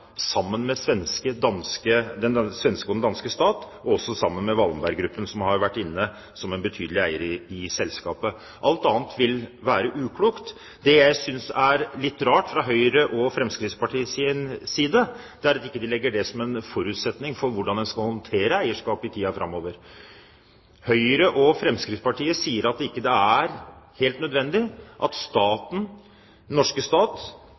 sammen med den svenske og den danske stat, og også sammen med Wallenberg-gruppen, som har vært inne som en betydelig eier i selskapet. Alt annet vil være uklokt. Det jeg synes er litt rart fra Høyre og Fremskrittspartiets side, er at de ikke legger det som en forutsetning for hvordan man skal håndtere eierskapet i tiden framover. Høyre og Fremskrittspartiet sier at det ikke er helt nødvendig at den norske stat